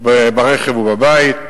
ברכב ובבית,